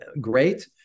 great